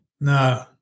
No